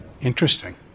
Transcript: Interesting